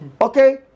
Okay